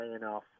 enough